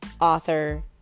author